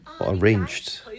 arranged